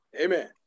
Amen